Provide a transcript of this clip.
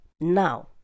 Now